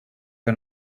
que